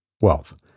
wealth